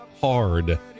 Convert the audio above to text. hard